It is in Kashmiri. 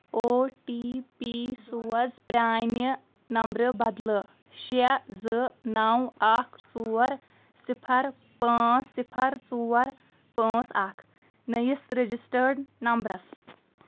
او ٹی پی سوز پرٛانہِ نمبرٕ بدلہٕ شیےٚ زٕ نو اکھ ژور صفر پانژ صفر ژور پانٛژ اکھ نٔیِس ریجسٹٲڈ نمبرَس